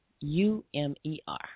U-M-E-R